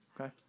Okay